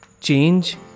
Change